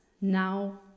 now